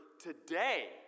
today